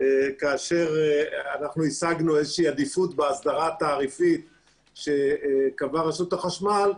כאשר השגנו עדיפות בהסדרה התעריפית שקבעה רשות החשמל,